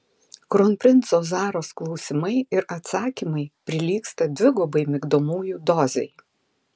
kronprinco zaros klausimai ir atsakymai prilygsta dvigubai migdomųjų dozei